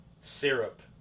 syrup